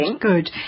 Good